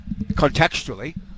contextually